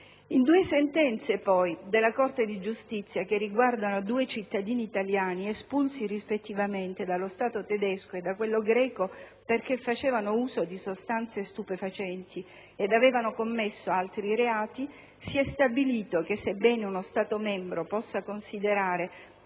in due sentenze della Corte di giustizia riguardanti due cittadini italiani espulsi, rispettivamente, dallo Stato tedesco e dallo Stato greco poiché avevano fatto uso di sostanze stupefacenti e commesso altri reati, sì è stabilito che, sebbene uno Stato membro possa considerare